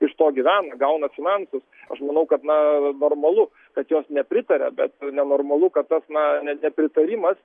iš to gyvena gauna finansus aš manau kad na normalu kad jos nepritaria bet nenormalu kad tas na ne nepritarimas